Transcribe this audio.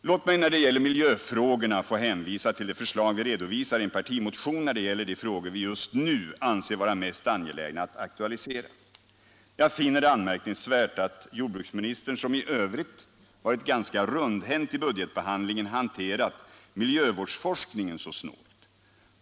Låt mig när det gäller de miljöfrågor som vi anser vara mest angelägna just nu få hänvisa till de förslag vi redovisar i en partimotion. Jag finner det anmärkningsvärt att jordbruksministern, som i övrigt varit ganska rundhänt vid budgetbehandlingen, hanterat miljövårdsforskningen så snålt.